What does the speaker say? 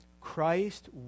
Christ